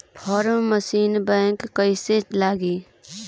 Form machine bank कईसे लागी?